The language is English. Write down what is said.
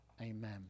Amen